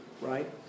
right